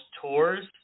tours